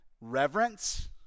reverence